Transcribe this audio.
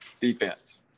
defense